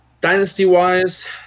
Dynasty-wise